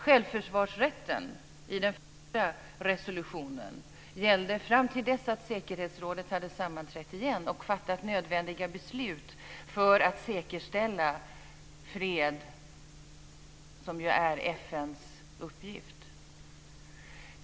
Självförsvarsrätten i den första resolutionen gällde fram till dess att säkerhetsrådet hade sammanträtt igen och fattat nödvändiga beslut för att säkerställa fred, vilket ju är FN:s uppgift.